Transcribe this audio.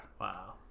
wow